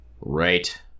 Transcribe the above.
Right